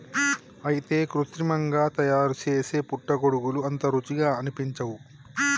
అయితే కృత్రిమంగా తయారుసేసే పుట్టగొడుగులు అంత రుచిగా అనిపించవు